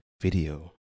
Video